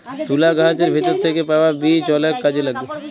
তুলা গাহাচের ভিতর থ্যাইকে পাউয়া বীজ অলেক কাজে ল্যাগে